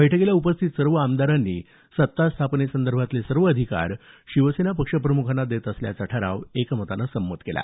बैठकीला उपस्थित सर्व आमदारांनी सत्ता स्थापनेसंदर्भातले सर्व अधिकार शिवसेना पक्षप्रमुखांना देत असल्याचा ठराव संमत केला